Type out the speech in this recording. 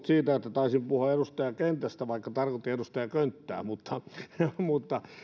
siitä että taisin puhua edustaja kentästä vaikka tarkoitin edustaja könttää mutta